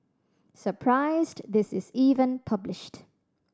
surprised this is even published